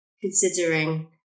considering